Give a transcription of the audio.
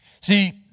See